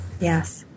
Yes